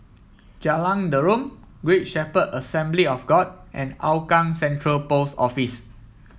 Jalan Derum Great Shepherd Assembly of God and Hougang Central Post Office